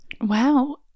Wow